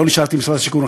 לא נשארתי במשרד השיכון,